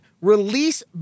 release